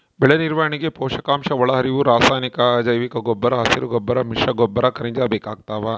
ಬೆಳೆನಿರ್ವಹಣೆಗೆ ಪೋಷಕಾಂಶಒಳಹರಿವು ರಾಸಾಯನಿಕ ಅಜೈವಿಕಗೊಬ್ಬರ ಹಸಿರುಗೊಬ್ಬರ ಮಿಶ್ರಗೊಬ್ಬರ ಖನಿಜ ಬೇಕಾಗ್ತಾವ